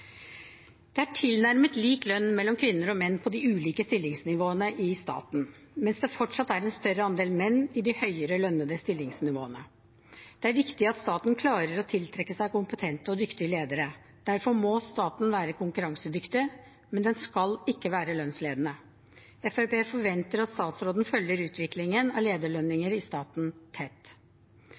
Det er tilnærmet lik lønn for kvinner og menn på de ulike stillingsnivåene i staten, men det er fortsatt en større andel menn i de høyere lønnede stillingsnivåene. Det er viktig at staten klarer å tiltrekke seg kompetente og dyktige ledere. Derfor må staten være konkurransedyktig, men den skal ikke være lønnsledende. Fremskrittspartiet forventer at statsråden følger utviklingen av lederlønninger i staten tett.